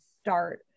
start